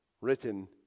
written